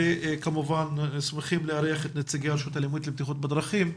וכמובן אנחנו שמחים לארח את נציגי הרשות הלאומית לבטיחות בדרכים,